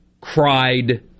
cried